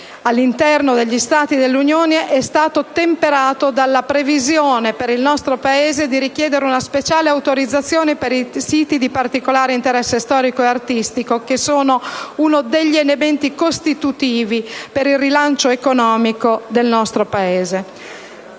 all'interno degli Stati dell'Unione è stato temperato dalla previsione, per il nostro Paese, di richiedere una speciale autorizzazione per i siti di particolare interesse storico ed artistico, che sono uno degli elementi costitutivi per il rilancio economico del nostro Paese.